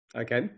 Okay